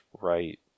right